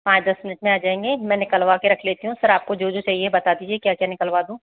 पाँच दस मिनट मे आ जाएंगे मैं निकलवा कर रख लेती हूँ सर आपको जो जो चाहिए बता दीजिए क्या क्या निकलवा दूँ